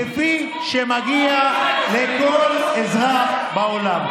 כפי שמגיע לכל אזרח בעולם.